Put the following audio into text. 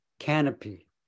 canopy